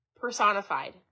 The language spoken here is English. personified